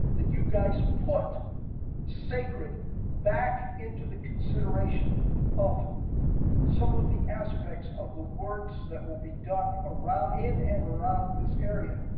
that you guys put sacred back into the consideration of some of the aspects of the works that will be done around in and around this area.